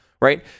right